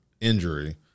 injury